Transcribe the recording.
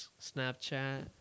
snapchat